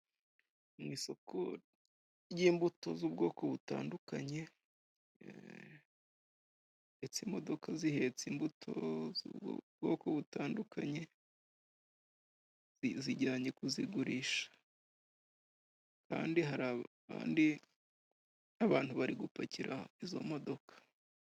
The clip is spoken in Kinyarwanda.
Mu isoko ry'imbuto z'ubwoko butandukanye, ndetse imodoka zihetse imbuto z'ubwoko butandukanye zizijyanye kuzigurisha, kandi hari abandi bantu bari gupakira izo modoka.